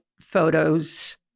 photos